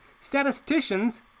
Statisticians